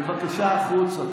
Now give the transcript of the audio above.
בבקשה, החוצה.